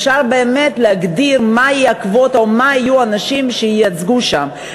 אפשר באמת להגדיר מה תהיה הקווטה או מה יהיו האנשים שייצגו שם,